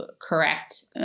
correct